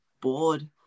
bored